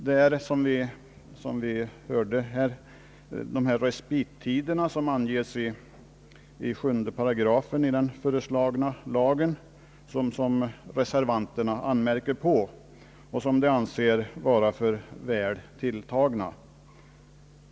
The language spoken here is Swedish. Det är, såsom vi hörde nyss, mot de respittider som anges i 7 8 i den föreslagna lagen som reservationen riktar sig, då reservanterna anser dem vara väl långa.